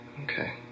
Okay